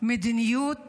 מדיניות